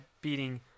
beating